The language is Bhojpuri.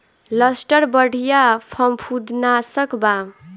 लस्टर बढ़िया फंफूदनाशक बा